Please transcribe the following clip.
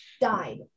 died